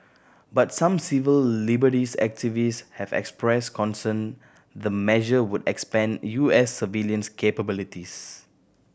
but some civil liberties activist have expressed concern the measure would expand U S surveillance capabilities